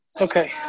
Okay